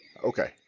Okay